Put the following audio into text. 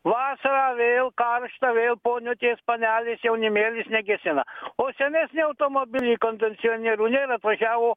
vasarą vėl karšta vėl poniutės panelės jaunimėlis negesina o senesni automobiliai kondicionierių nėr atvažiavo